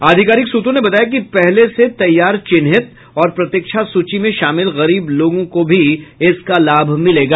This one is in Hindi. आधिकारिक सूत्रों ने बताया कि पहले से तैयार चिन्हित और प्रतीक्षा सूची में शामिल गरीब लोगों को भी इसका लाभ मिलेगा